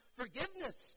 forgiveness